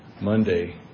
Monday